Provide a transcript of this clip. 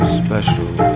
special